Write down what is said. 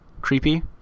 Creepy